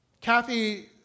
Kathy